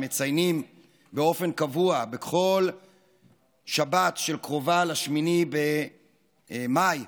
שמציינים באופן קבוע בכל שבת שקרובה ל-8 במאי,